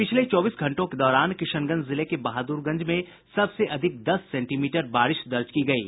पिछले चौबीस घंटों के दौरान किशनगंज जिले के बहादुरगंज में सबसे अधिक दस सेंटीमीटर बारिश दर्ज की गयी